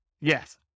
Yes